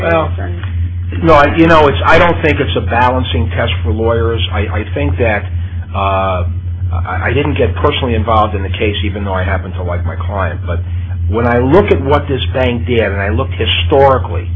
stand no i've you know which i don't think it's a balancing test for lawyers i think that i didn't get personally involved in the case even though i happen to like my client but when i look at what this bank d m and i look historically